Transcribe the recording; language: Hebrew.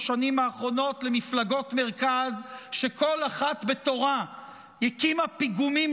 כבר 30 שנים שראש הממשלה המושחת והכושל שלנו הפך את המילה שמאל לקללה,